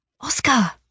Oscar